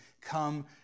come